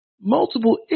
multiple